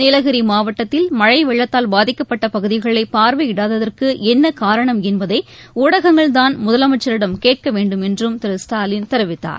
நீலகிரி மாவட்டத்தில் மழை வெள்ளத்தால் பாதிக்கப்பட்ட பகுதிகளை பார்வையிடாததற்கு என்ன காரணம் என்பதை ஊடகங்கள் தான் முதமைச்சரிடம் கேட்க வேண்டும் என்றும் திரு ஸ்டாலின் தெரிவித்தார்